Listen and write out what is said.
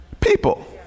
people